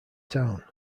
town